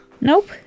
Nope